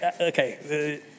okay